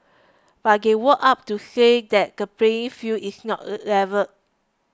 but they woke up to say that the playing field is not level